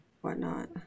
whatnot